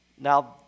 Now